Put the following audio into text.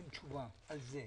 עדכונים.